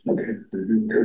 Okay